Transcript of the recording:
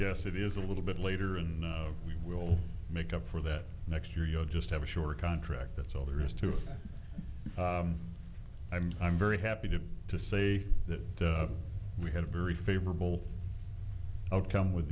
yes it is a little bit later and we will make up for that next year you know just have a short contract that's all there is to i'm i'm very happy to say that we had a very favorable outcome with